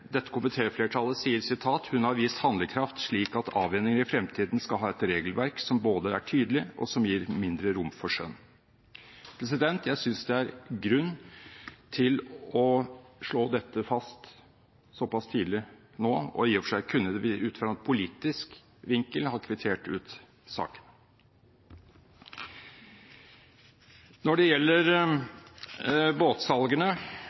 har vist handlekraft slik at avhendinger i fremtiden skal ha et regelverk som både er tydelig og som gir mindre rom for skjønn.» Jeg synes det er grunn til å slå dette fast såpass tidlig. I og for seg kunne vi ut fra en politisk vinkel ha kvittert ut saken. Når det gjelder båtsalgene,